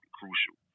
crucial